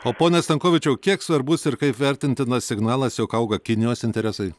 o ponas stankovičiau kiek svarbus ir kaip vertintinas signalas jog auga kinijos interesai